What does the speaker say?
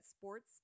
sports